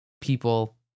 people